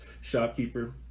shopkeeper